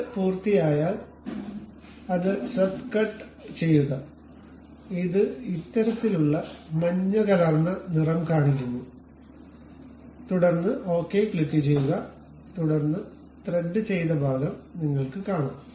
ഇത് പൂർത്തിയായാൽ അത് സ്വെപ്റ്റ് കട്ട് ചെയ്യുക ഇത് ഇത്തരത്തിലുള്ള മഞ്ഞകലർന്ന നിറം കാണിക്കുന്നു തുടർന്ന് ഓക്കേ ക്ലിക്കുചെയ്യുക തുടർന്ന് ത്രെഡ് ചെയ്ത ഭാഗം നിങ്ങൾക്ക് കാണാം